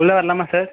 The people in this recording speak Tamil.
உள்ளே வரலாமா சார்